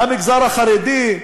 המגזר החרדי,